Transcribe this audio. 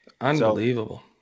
Unbelievable